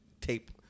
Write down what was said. tape